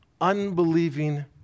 unbelieving